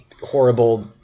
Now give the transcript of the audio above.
horrible